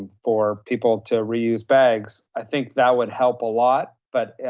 for people to reuse bags. i think that would help a lot, but